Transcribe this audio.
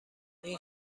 این